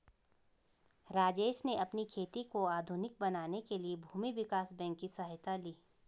राजेश ने अपनी खेती को आधुनिक बनाने के लिए भूमि विकास बैंक की सहायता ली